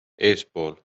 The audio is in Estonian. eespool